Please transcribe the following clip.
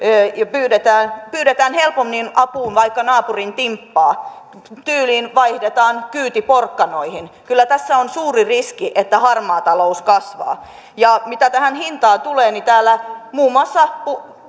pyydetään pyydetään helpommin apuun vaikka naapurin timppaa tyyliin vaihdetaan kyyti porkkanoihin kyllä tässä on suuri riski että harmaa talous kasvaa mitä tähän hintaan tulee niin täällä muun muassa